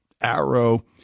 arrow